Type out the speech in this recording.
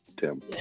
Tim